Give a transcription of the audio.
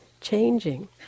changing